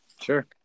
Sure